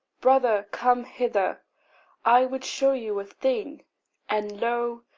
brother, come hither i would show you a thing and lo,